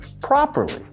properly